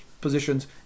positions